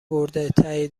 برده، ته